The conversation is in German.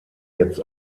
jetzt